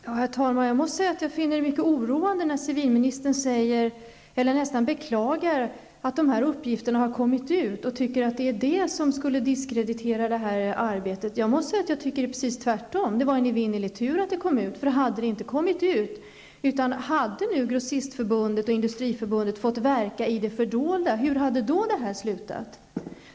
Herr talman! Jag måste säga att jag finner det mycket oroande när civilministern nästan beklagar att dessa uppgifter har kommit ut och tycker att det skulle misskreditera arbetet. Jag tycker att det är precis tvärtom. Det var en evinnerlig tur att detta kom ut Om Grossistförbundet och Industriförbundet hade fått verka i det fördolda och detta inte hade kommit ut, hur hade det då slutat?